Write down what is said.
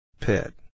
Pit